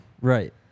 Right